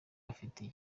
afite